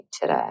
today